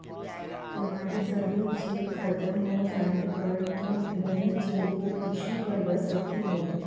तुम्हारे सभी चेक खत्म हो जाने पर तुम नई चेकबुक इशू करवा सकती हो